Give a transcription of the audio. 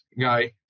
guy